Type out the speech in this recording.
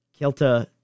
Kelta